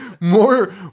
more